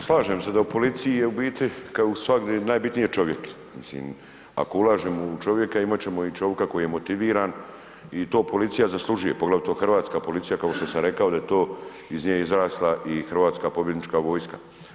Pa slažem se da u policiji je u biti kao u svagdi najbitniji je čovjek, mislim ako ulažemo u čovjeka, imat ćemo i čovika koji je motiviran i to policija zaslužuje, poglavito hrvatska policija kao što sam rekao da je to iz nje izrasla i hrvatska pobjednička vojska.